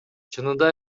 чынында